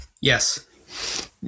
yes